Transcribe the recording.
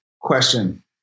question